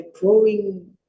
growing